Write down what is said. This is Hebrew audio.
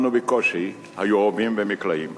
לנו בקושי היו רובים ומקלעים.